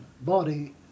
body